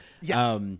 Yes